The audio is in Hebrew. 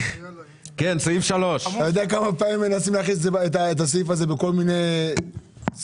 אתה יודע כמה פעמים מנסים להכניס את הסעיף הזה בכל מיני חוקים,